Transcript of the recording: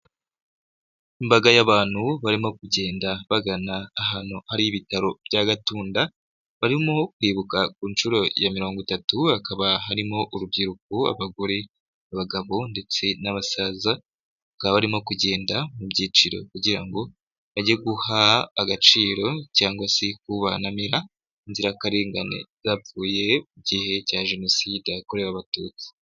Imbaga y'abantu barimo kugenda bagana ahantu hari ibitaro bya Gatunda, barimo kwibuka ku nshuro ya mirongo itatu, hakaba harimo urubyiruko, abagore, abagabo ndetse n'abasaza. Ubwabo barimo kugenda mu byiciro kugira ngo bajye guha agaciro cyangwa se kunamira inzirakarengane zapfuye mu gihe cya jenoside yakorewe abatutsi.